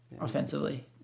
offensively